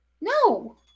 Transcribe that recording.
No